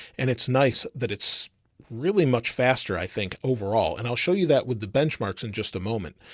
and it's nice that it's really much faster, i think overall, and i'll show you that with the benchmarks in just a moment,